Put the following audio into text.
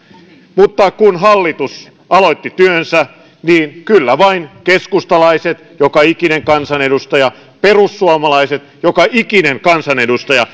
mutta kun hallitus aloitti työnsä niin kyllä vain keskustalaiset joka ikinen kansanedustaja ja perussuomalaiset joka ikinen kansanedustaja